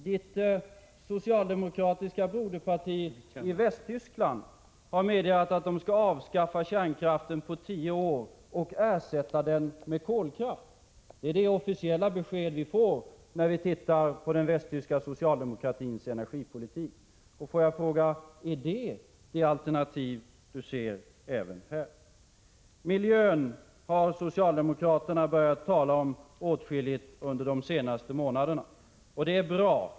De svenska socialdemokraternas broderparti i Västtyskland har förklarat sig vilja avskaffa kärnkraften på tio år och ersätta den med kolkraft. Det är det officiella besked vi får om den västtyska socialdemokratins energipolitik. Är detta det alternativ Ingvar Carlsson ser även här? Miljön har socialdemokraterna börjat tala om åtskilligt under de senaste månaderna, och det är bra.